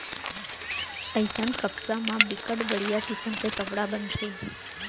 अइसन कपसा म बिकट बड़िहा किसम के कपड़ा बनथे